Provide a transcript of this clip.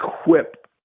equip